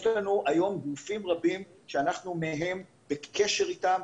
יש לנו היום גופים רבים שאנחנו בקשר איתם.